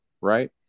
right